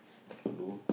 what to do